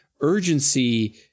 urgency